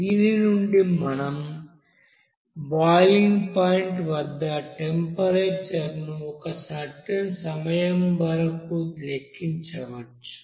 దీని నుండి మనం బాయిలింగ్ పాయింట్ వద్ద టెంపరేచర్ ను ఒక సర్టెన్ సమయం వరకు లెక్కించవచ్చు